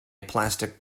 plastic